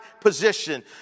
position